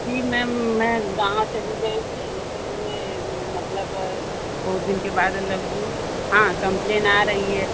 जी ma'am मैं गाँव चली गई थी इसलिए मैं मतलब बहुत दिन के बाद लौटी हूँ हाँ कंप्लेन आ रही है